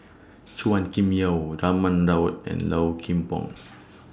Chua Kim Yeow Raman Daud and Low Kim Pong